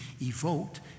evoked